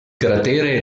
cratere